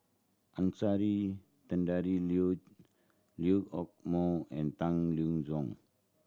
Anastasia Tjendri Liew Liew Hock Moh and Tang Liang Hong